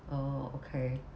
oh okay